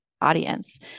audience